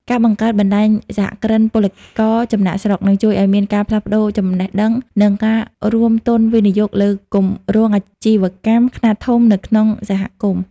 ការបង្កើត "បណ្ដាញសហគ្រិនពលករចំណាកស្រុក" នឹងជួយឱ្យមានការផ្លាស់ប្តូរចំណេះដឹង និងការរួមទុនវិនិយោគលើគម្រោងអាជីវកម្មខ្នាតធំនៅក្នុងសហគមន៍។